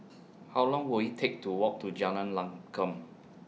How Long Will IT Take to Walk to Jalan Lankum